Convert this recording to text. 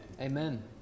Amen